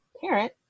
parent